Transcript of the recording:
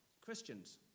Christians